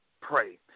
pray